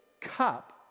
cup